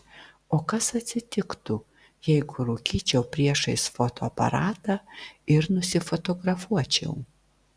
o kas atsitiktų jeigu rūkyčiau priešais fotoaparatą ir nusifotografuočiau